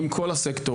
עם כל הסקטורים,